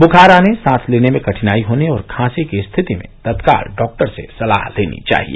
बुखार आने सांस लेने में कठिनाई होने और खासी की स्थिति में तत्काल डॉक्टर से सलाह लेनी चाहिए